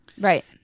Right